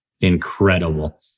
incredible